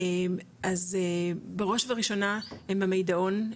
אז בראש ובראשונה עם ה"מידעון",